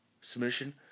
Submission